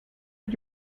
did